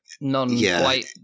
non-white